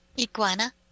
Iguana